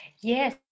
Yes